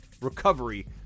recovery